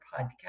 podcast